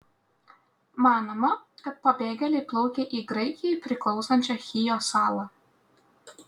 manoma kad pabėgėliai plaukė į graikijai priklausančią chijo salą